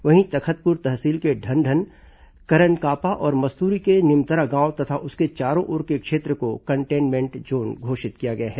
वहीं तखतपुर तहसील के ढनढन करनकापा और मस्तुरी के निमतरा गांव तथा उसके चारों ओर के क्षेत्र को कंटेन्मेंट जोन घोषित किया गया है